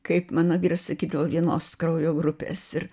kaip mano vyras sakydavo vienos kraujo grupės ir